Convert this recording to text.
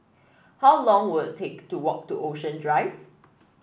how long will it take to walk to Ocean Drive